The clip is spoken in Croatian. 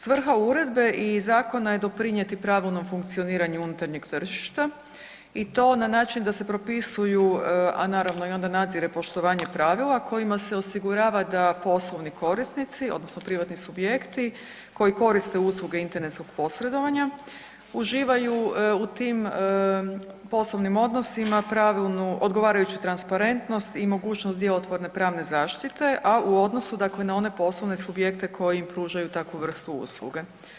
Svrha uredbe i zakona je doprinjeti pravilnom funkcioniranju unutarnjeg tržišta i to na način da se propisuju, a naravno i onda nadzire poslovanje pravila kojima se osigurava da poslovni korisnici odnosno privatni subjekti koji koriste usluge internetskog posredovanja uživaju u tim poslovnim odnosima pravilnu odgovarajuću transparentnost i mogućnost djelotvorne pravne zaštite, a u odnosu dakle na one poslovne subjekte koji pružaju takvu vrstu usluge.